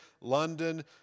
London